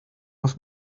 was